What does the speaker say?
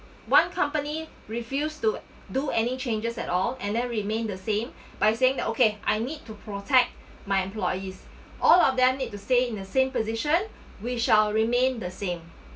one company refused to do any changes at all and then remained the same by saying that okay I need to protect my employees all of them need to stay in the same position we shall remain the same